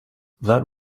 that